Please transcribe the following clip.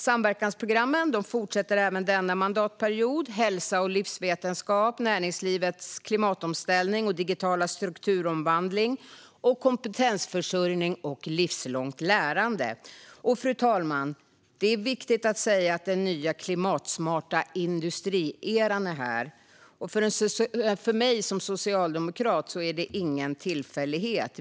Samverkansprogrammen fortsätter även denna mandatperiod: Hälsa och life science, Näringslivets klimatomställning, Näringslivets digitala strukturomvandling och Kompetensförsörjning och livslångt lärande. Det är viktigt att säga att den nya klimatsmarta industrieran är här, och för mig som socialdemokrat är det ingen tillfällighet.